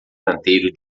canteiro